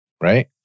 right